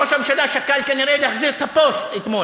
ראש הממשלה שקל כנראה להחזיר את הפוסט אתמול.